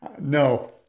no